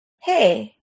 hey